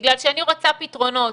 בגלל שאני רוצה פתרונות.